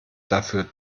dafür